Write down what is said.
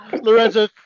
Lorenzo